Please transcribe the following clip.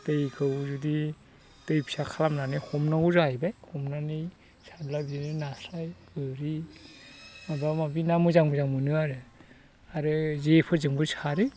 दैखौ जुदि दै फिसा खालामनानै हमनांगौ जाहैबाय हमनानै सारोब्ला बिदिनो नास्राइ गोरि माबा माबि ना मोजां मोजां मोनो आरो आरो जेफोरजोंबो सारो